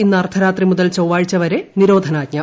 ഇന്ന് അർദ്ധരാത്രി മുതൽ ചൊവ്വാഴ്ച വരെ നിരോധനാജ്ഞ